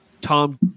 Tom